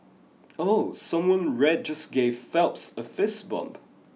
ooh someone in red just gave Phelps a fist bump